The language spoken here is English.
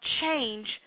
change